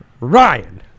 Ryan